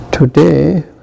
Today